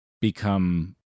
become